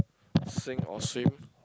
Sink or Swim